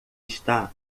está